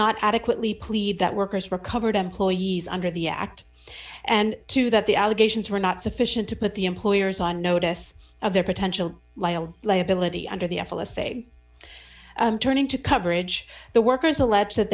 not adequately plead that workers recovered employees under the act and two that the allegations were not sufficient to put the employers on notice of their potential liability under the f l s a turning to coverage the workers allege that